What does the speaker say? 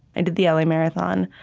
i did the l a. marathon.